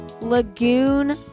Lagoon